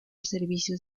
servicios